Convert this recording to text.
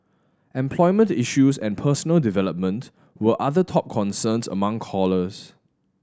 employment issues and personal development were other top concerns among callers